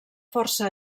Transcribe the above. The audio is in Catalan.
força